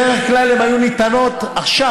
בדרך כלל הן היו ניתנות עכשיו,